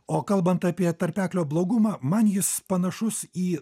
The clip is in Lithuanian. o kalbant apie tarpeklio blogumą man jis panašus į